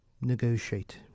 negotiate